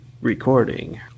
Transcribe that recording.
recording